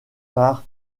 par